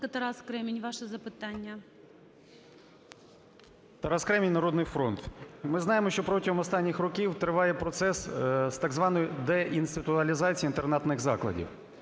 Тарас Кремінь, "Народний фронт". Ми знаємо, що протягом останніх років триває процес з так званої деінституалізації інтернатних закладів.